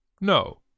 No